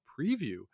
preview